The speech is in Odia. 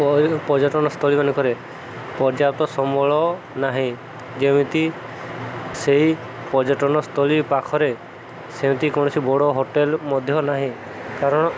ପ ପର୍ଯ୍ୟଟନସ୍ଥଳୀ ମାନଙ୍କରେ ପର୍ଯ୍ୟାପ୍ତ ସମ୍ବଳ ନାହିଁ ଯେମିତି ସେହି ପର୍ଯ୍ୟଟନସ୍ଥଳୀ ପାଖରେ ସେମିତି କୌଣସି ବଡ଼ ହୋଟେଲ ମଧ୍ୟ ନାହିଁ କାରଣ